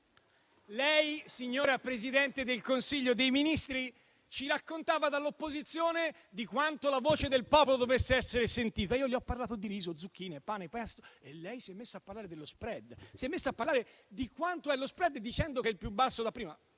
vederla cambiare in questo modo. Lei ci raccontava dall'opposizione di quanto la voce del popolo dovesse essere ascoltata. Io le ho parlato di riso, zucchine, pane e pasta e lei si è messa a parlare dello *spread*, si è messa a parlare di quanto è lo *spread*, dicendo che è più basso di prima.